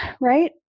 right